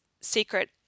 secret